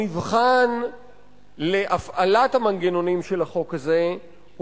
המבחן להפעלת המנגנונים של החוק הזה הוא